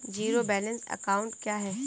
Zero balance account क्या है?